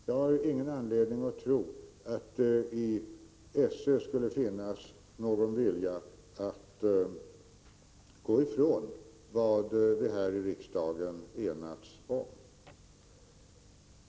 Jag har ingen anledning att tro att i SÖ skulle finnas någon vilja att gå ifrån vad vi här i riksdagen enats om.